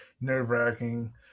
nerve-wracking